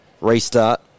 restart